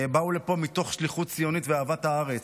באו לפה מתוך שליחות ציונית ואהבת הארץ.